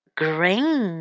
,green